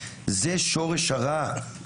זה שורש הרע.